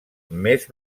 més